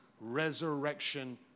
resurrection